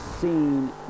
seen